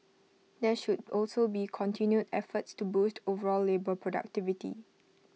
there should also be continued efforts to boost overall labour productivity